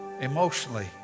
emotionally